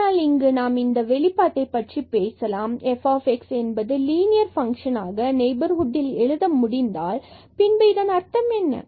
ஆனால் இங்கு நாம் இந்த வெளிப்பாட்டைf பற்றி பேசலாம் f என்பதை லீனியர் பங்க்ஷன் ஆக நெய்பர் ஹுட்டில் எழுத முடிந்தால் பின்பு இதன் அர்த்தம் என்ன